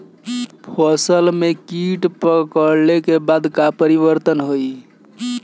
फसल में कीट पकड़ ले के बाद का परिवर्तन होई?